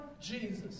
Jesus